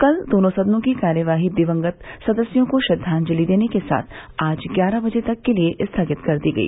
कल दोनों सदनों की कार्यवाही दिवंगत सदस्यों को श्रद्दाजंति देने के साथ आज ग्यारह बर्जे तक के लिये स्थगित कर दी गई